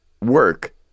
work